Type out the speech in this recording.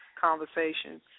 conversation